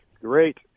Great